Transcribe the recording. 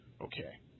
Okay